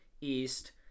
East